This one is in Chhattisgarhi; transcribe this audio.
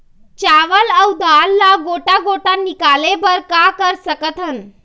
चावल अऊ दाल ला गोटा गोटा निकाले बर का कर सकथन?